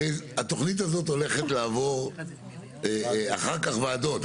הרי התוכנית הזאת הולכת לעבור אחר כך ועדות.